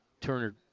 Turner